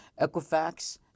equifax